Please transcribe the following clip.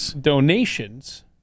donations